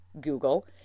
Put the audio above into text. Google